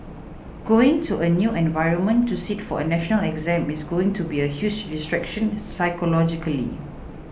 going to a new environment to sit for a national exam is going to be a huge distraction psychologically